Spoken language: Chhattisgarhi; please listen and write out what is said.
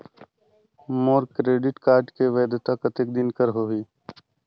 मोर क्रेडिट कारड के वैधता कतेक दिन कर होही?